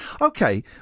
Okay